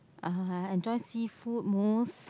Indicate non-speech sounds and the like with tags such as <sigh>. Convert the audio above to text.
<laughs> enjoy seafood most